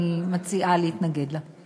אני מציעה להתנגד לה.